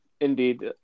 Indeed